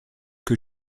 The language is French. que